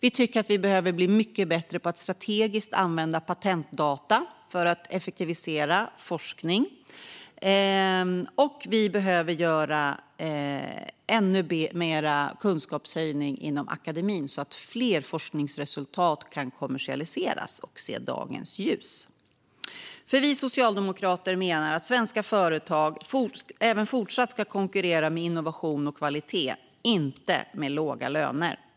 Vi tycker att vi behöver bli mycket bättre på att strategiskt använda patentdata för att effektivisera forskning. Vi behöver också ännu bättre kunskapshöjning inom akademin, så att fler forskningsresultat kan kommersialiseras och se dagens ljus. Vi socialdemokrater menar att svenska företag även fortsättningsvis ska konkurrera genom innovation och kvalitet, inte genom låga löner.